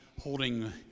holding